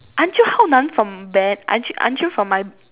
aren't you hao nan from band aren't you aren't you from my